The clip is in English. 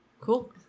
cool